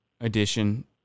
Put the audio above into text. edition